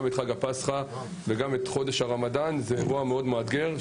גם פסחא וגם חודש הרמדאן זה אירוע מאוד מאתגר.